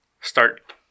start